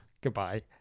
Goodbye